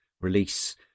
release